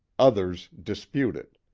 others dispute it.